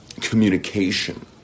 communication